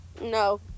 No